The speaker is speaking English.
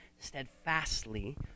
steadfastly